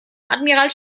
admiral